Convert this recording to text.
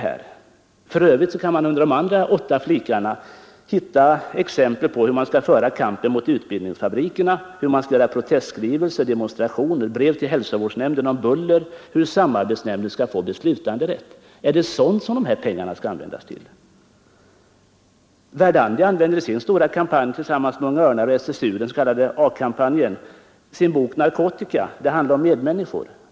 Under de övriga åtta flikarna i pärmen hittar man exempel på hur man skall föra kampanjen mot utbildningsfabrikerna, hur man skall författa protestskrivelser, ordna demonstrationer, författa brev till hälsovårdsnämnden om buller, samarbetsnämndens beslutanderätt etc. Är det sådant som dessa pengar skall användas till? Verdandi använder i sin stora kampanj tillsammans med Unga örnar och SSU, den s.k. A-kampanjen, sin gamla bok ”Narkotika — det handlar om medmänniskor”.